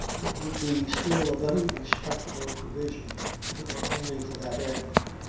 it would be still a very respectable provision if it were only for that end.